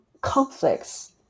conflicts